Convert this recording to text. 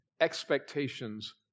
expectations